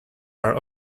are